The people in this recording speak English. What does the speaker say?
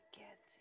get